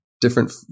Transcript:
different